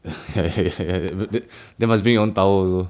!hey! !hey! !hey! then must bring your own towel also